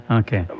okay